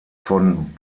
von